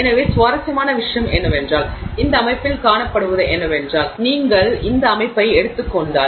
எனவே சுவாரஸ்யமான விஷயம் என்னவென்றால் இந்த அமைப்பில் காணப்படுவது என்னவென்றால் நீங்கள் இந்த அமைப்பை எடுத்துக் கொண்டால்